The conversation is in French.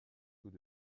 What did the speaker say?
tout